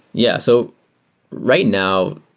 yeah. so right now,